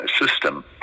system